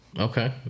Okay